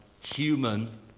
human